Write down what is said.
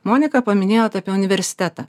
monika paminėjot apie universitetą